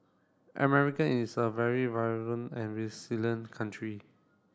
American is a very vibrant and resilient country